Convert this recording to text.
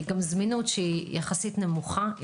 גם זמינות שיחסית נמוכה,